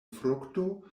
frukto